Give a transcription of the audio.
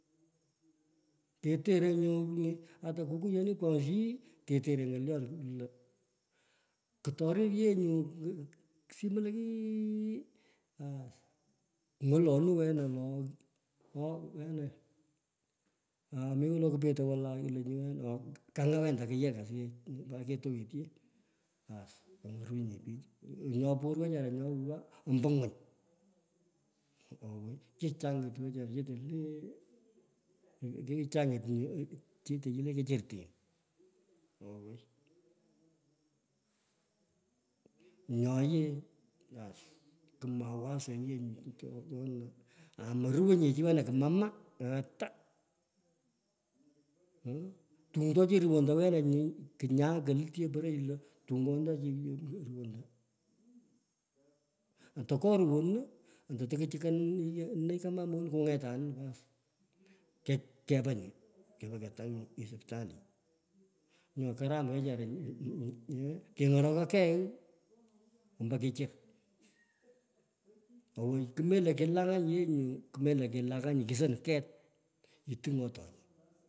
Keterai nyu le, ato kuriyoni phoshiyi, ketero ngolyon karin oos, ng'eluna. lo kuto tie ye nyu simu lo wene mi wolo kopeth walai lengi wen kanya tarung. echasiyech, kituwit yep baas mokarunye pich nye por wechara nyo ghaa amba ngwing! Gwos kichang it wechara chete kithanglit nyo. Chete le le kichirtin, owai nyo yee, oos, kumawason yer nyo age tupcho ngo lomowweny chana ch. wen kumaa tungte, chi tuwento. wena hinyae kolrt chi pere le yuwento. tunyo to chihama moning. Ando katuwan ando furuchikaner kungetanın- kepaa nyu kepa ketang ngu siptali nyo haram nyu wechara keng'eroke kei owei kumelo kilangany, ye nyu, kumelo kilangany kison ket itung’otoi.